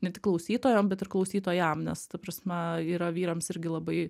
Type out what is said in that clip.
ne tik klausytojom bet ir klausytojam nes ta prasme yra vyrams irgi labai